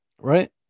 right